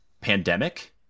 Pandemic